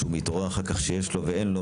שהוא מתעורר אחר כך שיש לו ואין לו,